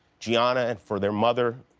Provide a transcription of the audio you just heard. gianna, and for their mother,